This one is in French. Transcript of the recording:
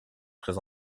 très